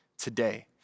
today